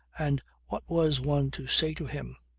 and what was one to say to him?